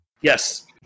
Yes